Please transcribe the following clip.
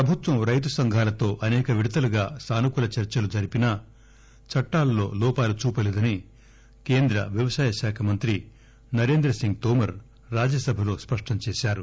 ప్రభుత్వం రైతు సంఘాలతో అసేక విడతలుగా సానుకూల చర్సలు జరిపినా చట్టాలలో లోపాలు చూపలేదని కేంద్ర వ్యవసాయశాఖ మంత్రి నరేంద్రసింగ్ తోమర్ రాజ్యసభలో స్పష్టం చేశారు